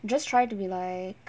just try to be like